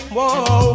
Whoa